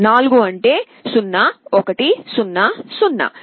4 అంటే 0 1 0 0